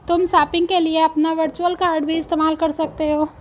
तुम शॉपिंग के लिए अपने वर्चुअल कॉर्ड भी इस्तेमाल कर सकते हो